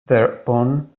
thereupon